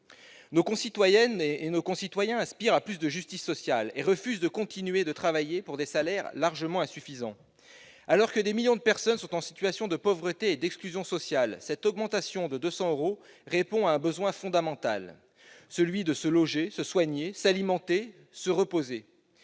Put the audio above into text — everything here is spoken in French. Nos concitoyennes et nos concitoyens aspirent à plus de justice sociale et refusent de continuer de travailler pour des salaires largement insuffisants. Alors que des millions de personnes sont en situation de pauvreté et d'exclusion sociale, cette augmentation de 200 euros répond à un besoin fondamental : celui de se loger, de se soigner, de s'alimenter et de se reposer.